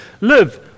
live